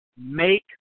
make